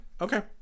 Okay